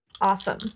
Awesome